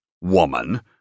woman